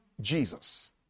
Jesus